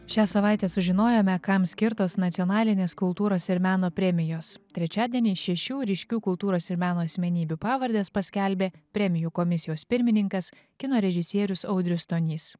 šią savaitę sužinojome kam skirtos nacionalinės kultūros ir meno premijos trečiadienį šešių ryškių kultūros ir meno asmenybių pavardes paskelbė premijų komisijos pirmininkas kino režisierius audrius stonys